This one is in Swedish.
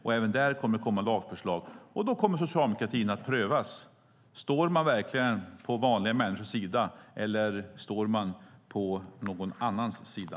Även där kommer det att komma lagförslag, och då kommer socialdemokratin att prövas. Står man verkligen på vanliga människors sida, eller står man på någon annans sida?